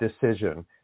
decision